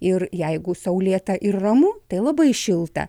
ir jeigu saulėta ir ramu tai labai šilta